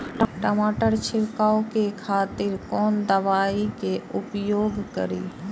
टमाटर छीरकाउ के खातिर कोन दवाई के उपयोग करी?